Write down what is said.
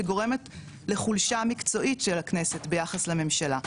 שגורמת לחולשה מקצועית של הכנסת ביחס לממשלה.